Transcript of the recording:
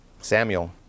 Samuel